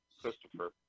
Christopher